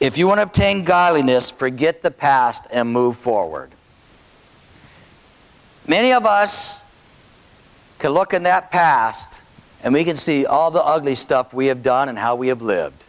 if you want to tame godliness forget the past and move forward many of us can look in that past and we can see all the ugly stuff we have done and how we have lived